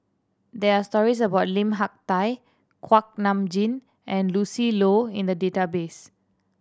there are stories about Lim Hak Tai Kuak Nam Jin and Lucy Loh in the database